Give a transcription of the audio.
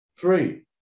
Three